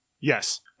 Yes